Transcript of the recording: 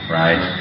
right